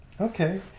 Okay